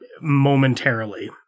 momentarily